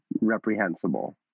reprehensible